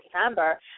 December